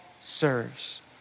serves